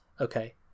okay